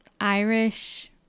Irish